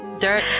dirt